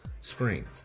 screen